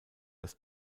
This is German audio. das